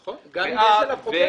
נכון, גם אם יש עליו חותמת.